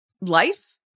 life